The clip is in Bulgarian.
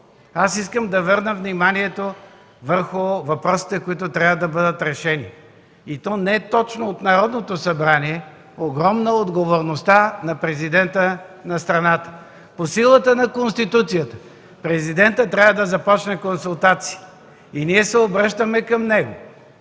искам да обърна внимание върху въпросите, които трябва да бъдат решени, и то не точно от Народното събрание. Огромна е отговорността на президента на страната. По силата на Конституцията президентът трябва да започне консултации. Ние се обръщаме към него: